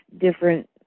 different